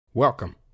Welcome